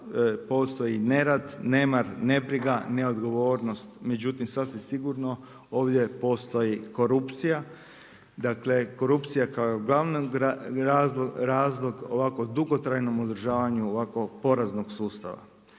postoji nerad, nemar, nebriga, neodgovornost, međutim sasvim sigurno ovdje postoji korupcija, dakle korupcija koji je glavni razlog ovako dugotrajnom održavanju ovako poraznog sustava.